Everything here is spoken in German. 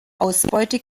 ausbeute